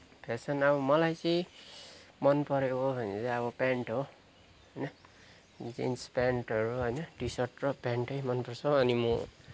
fashion अब मलाई चाहिँ मन परेको भनेको चाहिँ अब पेन्ट हो जिन्स पेन्टहरू होइन टी सार्ट र पेन्टै मनपर्छ अनि म